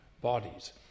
bodies